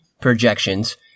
projections